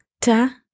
Ta